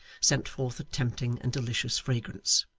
sent forth a tempting and delicious fragrance.